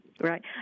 Right